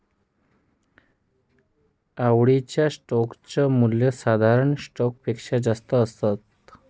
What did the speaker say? आवडीच्या स्टोक च मूल्य साधारण स्टॉक पेक्षा जास्त असत